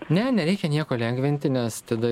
ne nereikia nieko lengvinti nes tada